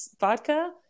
vodka